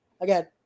Again